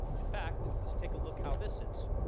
in fact, let's take a look how this is.